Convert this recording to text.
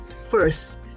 first